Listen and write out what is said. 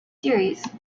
series